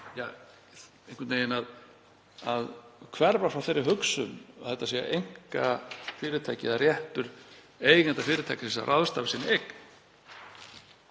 einhvern veginn að hverfa frá þeirri hugsun að þetta sé einkafyrirtæki eða réttur eiganda fyrirtækisins til að ráðstafa eign